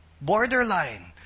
Borderline